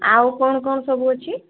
ଆଉ କ'ଣ କ'ଣ ସବୁ ଅଛି